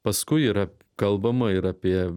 paskui yra kalbama ir apie